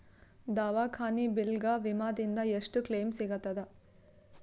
ದವಾಖಾನಿ ಬಿಲ್ ಗ ವಿಮಾ ದಿಂದ ಎಷ್ಟು ಕ್ಲೈಮ್ ಸಿಗತದ?